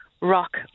rock